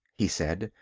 he said,